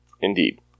Indeed